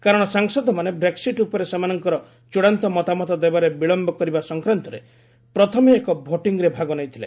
କାରଣ ସାଂସଦମାନେ ବ୍ରେକ୍କିଟ୍ ଉପରେ ସେମାନଙ୍କର ଚଡ଼ାନ୍ତ ମତାମତ ଦେବାରେ ବିଳମ୍ବ କରିବା ସଂକ୍ରାନ୍ତରେ ପ୍ରଥମେ ଏକ ଭୋଟିଂରେ ଭାଗ ନେଇଥିଲେ